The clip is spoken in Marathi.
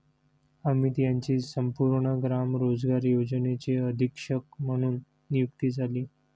अमित यांची संपूर्ण ग्राम रोजगार योजनेचे अधीक्षक म्हणून नियुक्ती झाली